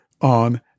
on